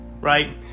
Right